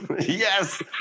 Yes